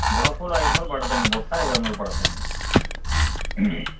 గులాబీ పువ్వులు ఐదు వందలు పడుద్దండి బుట్ట ఐదు వందలు పడుద్దండి